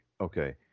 Okay